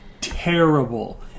terrible